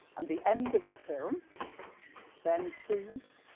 and the end of the film then sees